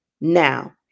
Now